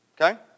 Okay